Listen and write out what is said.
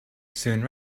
soon